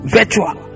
Virtual